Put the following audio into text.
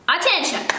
Attention